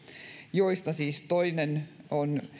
joista siis toinen on